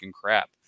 crap